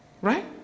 Right